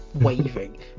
waving